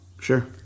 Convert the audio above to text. Sure